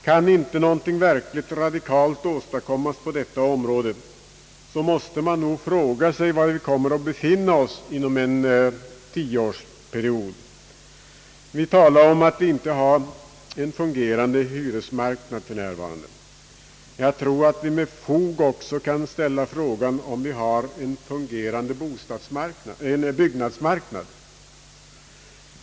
Kan inte någonting verkligt radikalt åstadkommas på detta område måste man nog fråga sig var vi kommer att befinna oss om en tioårsperiod. Vi talar om att vi inte har en fungerande hyresmarknad för närvarande. Vi kan nog med fog också ställa frågan om vi har en fungerande byggnadsmarknad.